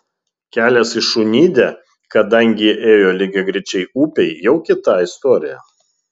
kelias į šunidę kadangi ėjo lygiagrečiai upei jau kita istorija